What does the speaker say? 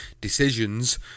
decisions